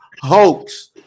hoax